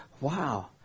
wow